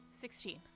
Sixteen